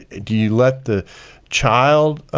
do you let the child